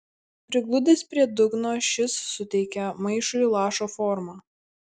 prigludęs prie dugno šis suteikė maišui lašo formą